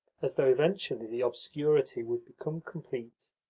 as though eventually the obscurity would become complete.